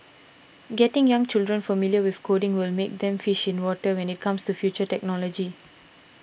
getting young children familiar with coding will make them fish in water when it comes to future technology